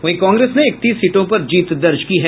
वहीं कांग्रेस ने इकतीस सीटों पर जीत दर्ज की है